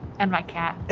and my cat.